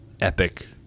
epic